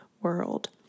world